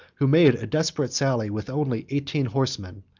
who made a desperate sally with only eighteen horsemen,